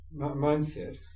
mindset